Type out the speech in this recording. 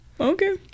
okay